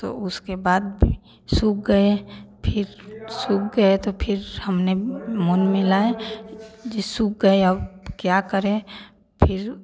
तो उसके बाद भी सूख गए फिर सूख गए तो हमने मन मिलाय जो सूख गए अब क्या करें फिर